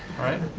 all right.